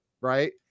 Right